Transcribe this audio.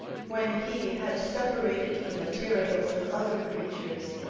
when he had separated the materials of other creatures,